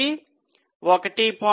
99 1